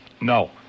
No